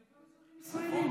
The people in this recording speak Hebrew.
אזרחים ישראלים,